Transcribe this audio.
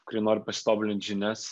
kurie nori pasitobulint žinias